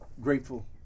grateful